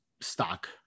stock